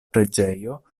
preĝejo